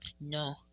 No